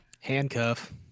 handcuff